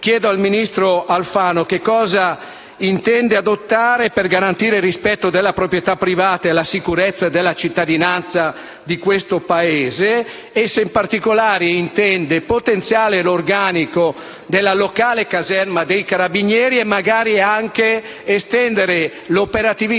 dunque al ministro Alfano quali misure «intenda adottare per garantire il rispetto della proprietà privata e la sicurezza della cittadinanza a Città Sant'Angelo» e se, in particolare, intende potenziare l'organico della locale caserma dei Carabinieri, magari estendendone l'operatività